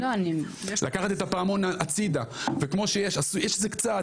לקחת את הפעמון הצידה וכמו שיש שזה קצת,